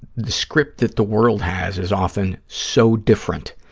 the script that the world has is often so different.